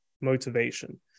motivation